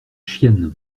chienne